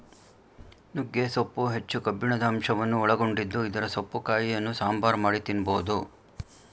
ನುಗ್ಗೆ ಸೊಪ್ಪು ಹೆಚ್ಚು ಕಬ್ಬಿಣದ ಅಂಶವನ್ನು ಒಳಗೊಂಡಿದ್ದು ಇದರ ಸೊಪ್ಪು ಕಾಯಿಯನ್ನು ಸಾಂಬಾರ್ ಮಾಡಿ ತಿನ್ನಬೋದು